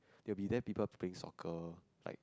there will be there people playing soccer like